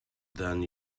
than